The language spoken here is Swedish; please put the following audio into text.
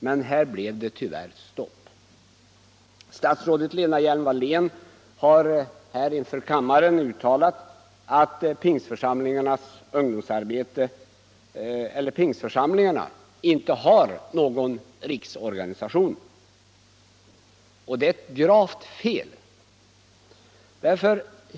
Men här blev det tyvärr stopp. Statsrådet Lena Hjelm-Wallén har tidigare inför kammaren uttalat att Pingstförsamlingarna inte har någon riksorganisation. Det är gravt felaktigt.